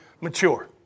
mature